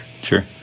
Sure